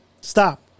Stop